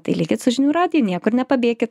tai likit su žinių radiju niekur nepabėkit